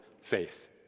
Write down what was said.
faith